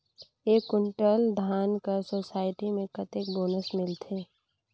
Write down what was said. एक कुंटल धान कर सोसायटी मे कतेक बोनस मिलथे?